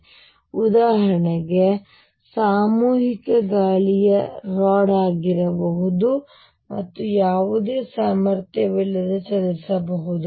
ಆದ್ದರಿಂದ ಉದಾಹರಣೆಗೆ ಸಾಮೂಹಿಕ ಗಾಳಿಯ ರಾಡ್ ಆಗಿರಬಹುದು ಮತ್ತು ಯಾವುದೇ ಸಾಮರ್ಥ್ಯವಿಲ್ಲದೆ ಚಲಿಸಬಹುದು